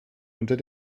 unter